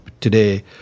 today